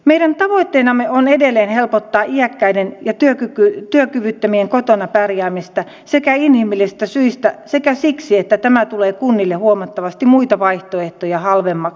meidän tavoitteenamme on edelleen helpottaa iäkkäiden ja työkyvyttömien kotona pärjäämistä sekä inhimillisistä syistä että siksi että tämä tulee kunnille huomattavasti muita vaihtoehtoja halvemmaksi